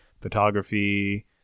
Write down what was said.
photography